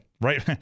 right